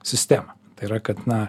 sistemą tai yra kad na